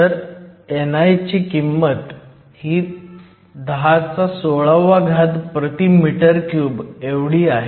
तर ni ची किंमत 1016 m 3 आहे